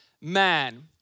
man